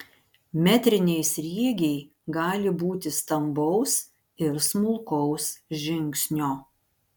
metriniai sriegiai gali būti stambaus ir smulkaus žingsnio